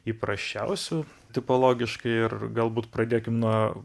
įprasčiausių tipologiškai ir galbūt pradėkim nuo